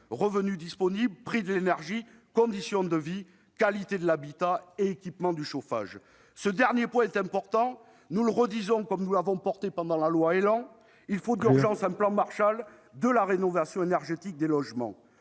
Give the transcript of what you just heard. revenu disponible, prix de l'énergie, conditions de vie, qualité de l'habitat et de l'équipement de chauffage. On est d'accord ! Ce dernier point est important. Nous le redisons, comme nous l'avons affirmé pendant l'examen de la loi ÉLAN : il faut d'urgence un plan Marshall de la rénovation énergétique des logements.